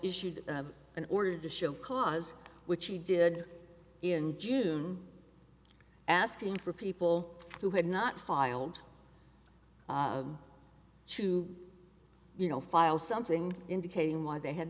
issued an order to show cause which he did in june asking for people who had not filed to you know file something indicating why they had